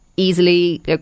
Easily